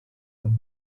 non